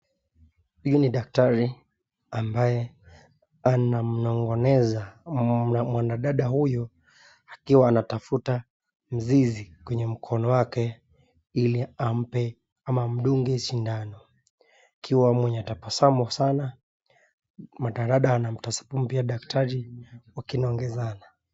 Huyu ni daktari ambaye anamnong'oneza mwanadada huyu akiwa anatafuta zizi kwenye mkono wake ili ampe ama amdunge sidano ikiwa ametabasamu sana , mwanadada anamtabasamu pia daktari wakinongezana.